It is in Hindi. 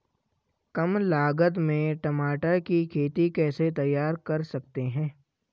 कम लागत में टमाटर की खेती कैसे तैयार कर सकते हैं?